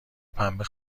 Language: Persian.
پنبه